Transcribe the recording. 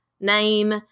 name